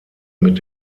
mit